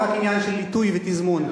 זה רק עניין של עיתוי ותזמון.